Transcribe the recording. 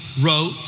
wrote